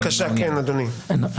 תוך